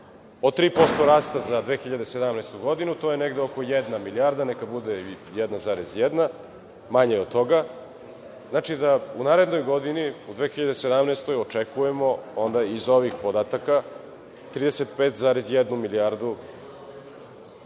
od 3% rasta za 2017. godinu, to je oko jedna milijarda, neka bude 1,1, manje je od toga, znači da u narednoj godini, u 2017. godini očekujemo onda iz ovih podataka 35,1 milijardu